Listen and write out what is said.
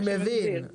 אני מבין,